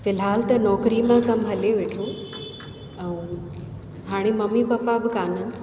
फिलहाल त नौकरी मां कमु हले वेठो ऐं हाणे मम्मी पापा बि काननि